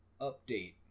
update